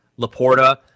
Laporta